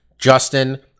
Justin